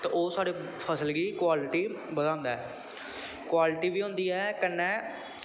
ते ओह् साढ़े फसल गी क्वालटी बधांदा ऐ क्वालटी बी होंदी ऐ कन्नै